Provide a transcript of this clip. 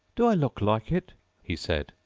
do i look like it he said.